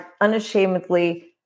unashamedly